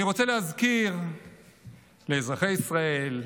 אני רוצה להזכיר לאזרחי ישראל,